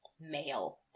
male